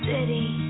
City